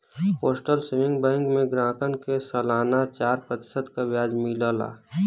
postal saving bank में ग्राहकन के सलाना चार प्रतिशत क ब्याज मिलला